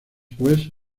pues